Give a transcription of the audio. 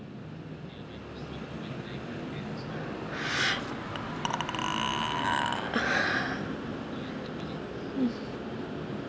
mm